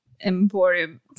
emporium